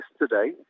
yesterday